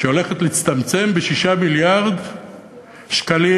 שהולכת להצטמצם ב-6 מיליארד שקלים,